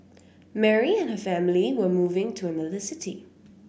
Mary and her family were moving to another city